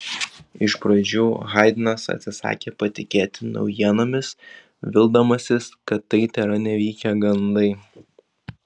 iš pradžių haidnas atsisakė patikėti naujienomis vildamasis kad tai tėra nevykę gandai